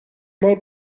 mal